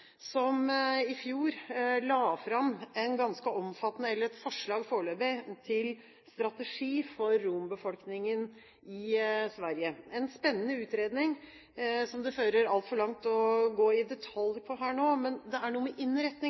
som i fjor la fram et foreløpig forslag til en ganske omfattende strategi for rombefolkningen i Sverige. Det er en spennende utredning, som det fører altfor langt å gå i detalj på her nå. Men det er noe med